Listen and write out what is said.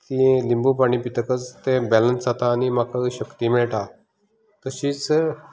तीं लिंबू पाणी पितकच तें बेलेंन्स जाता आनी म्हाका शक्ती मेळटा तशींच